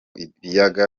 ibiyaga